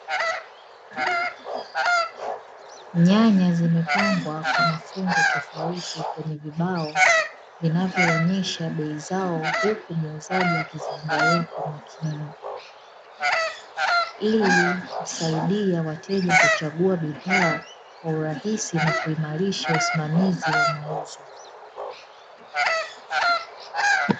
Nyanya zimepangwa kwa mafungu tofauti kwenye vibao vinavyoonyesha bei zao huku muuzaji akiziangalia kwa makini, ili kusaidia wateja kuchagua bidhaa kwa urahisi na kuimarisha usimamizi wa mauzo.